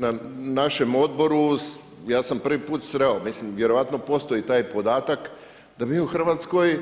Na našem odboru ja sam prvi put sreo, mislim vjerovatno postoji taj podatak da mi u Hrvatskoj